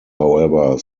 however